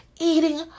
eating